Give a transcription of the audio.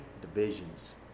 divisions